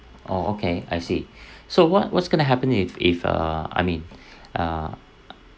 orh okay I see so what what's going to happen if if uh I mean uh